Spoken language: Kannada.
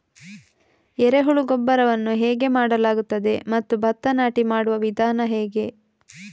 ಎರೆಹುಳು ಗೊಬ್ಬರವನ್ನು ಹೇಗೆ ಮಾಡಲಾಗುತ್ತದೆ ಮತ್ತು ಭತ್ತ ನಾಟಿ ಮಾಡುವ ವಿಧಾನ ಹೇಗೆ?